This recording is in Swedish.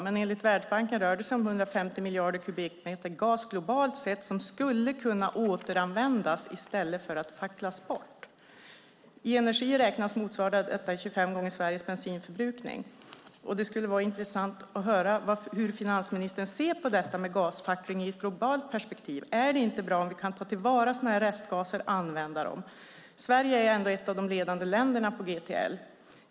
Men enligt Världsbanken rör det sig om 150 miljarder kubikmeter gas globalt sett som skulle kunna återanvändas i stället för att facklas bort. I energi räknat motsvarar detta 25 gånger Sveriges bensinförbrukning. Det skulle vara intressant att höra hur finansministern ser på gasfackling i ett globalt perspektiv. Är det inte bra om vi kan ta till vara restgaser och använda dem? Sverige är ett av de ledande länderna på GTL.